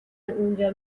اونجا